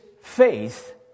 faith